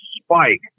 spike